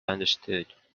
understood